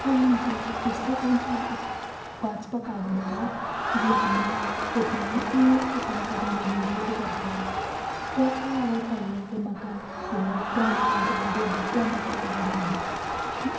हय म्हाका पुस्तकांच वाचपाक आवडटात जी आमी ओपन ओपन करून आमी रीड करतात तेच आवडटा हे तें म्हाका इलेक्ट्रोनीक आनी ते ऑडियो बूक ते म्हाका आवडनात